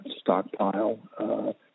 stockpile